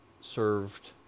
served